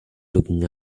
looking